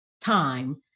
time